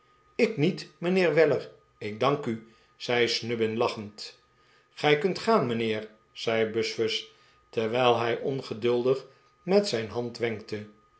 ik niet mijnheer weller ik dank u zei snubbin lachend gij kunt gaan mijnheer zei buzfuz terwijl hij ongeduldig met zijn hand wenkte